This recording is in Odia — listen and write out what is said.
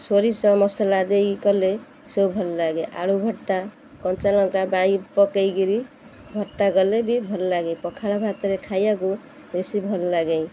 ସୋରିଷ ମସଲା ଦେଇ କଲେ ସବୁ ଭଲ ଲାଗେ ଆଳୁ ଭର୍ତ୍ତା କଞ୍ଚାଲଙ୍କା ପକାଇକିରି ଭର୍ତ୍ତା ଗଲେ ବି ଭଲ ଲାଗେ ପଖାଳ ଭାତରେ ଖାଇବାକୁ ବେଶୀ ଭଲ ଲାଗେ